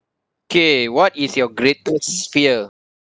okay what is your greatest fear